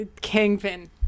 Kingpin